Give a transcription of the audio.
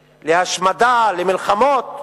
להשמדה, למלחמות,